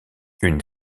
une